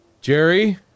Jerry